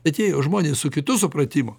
bet jie jau žmonės su kitu supratimu